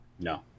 No